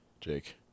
jake